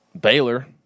Baylor